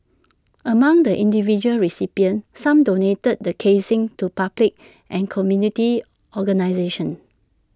among the individual recipients some donated the casings to public and community organisations